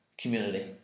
community